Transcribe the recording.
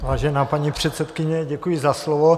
Vážená paní předsedkyně, děkuji za slovo.